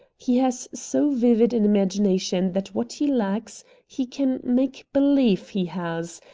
he has so vivid an imagination that what he lacks he can make believe he has,